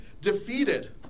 defeated